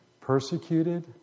persecuted